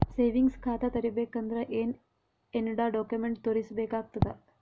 Savings ಖಾತಾ ತೇರಿಬೇಕಂದರ ಏನ್ ಏನ್ಡಾ ಕೊಮೆಂಟ ತೋರಿಸ ಬೇಕಾತದ?